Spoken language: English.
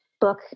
book